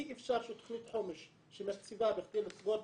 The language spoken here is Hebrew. אי-אפשר שתוכנית חומש שמקציבה בכדי לסגור פערים,